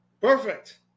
Perfect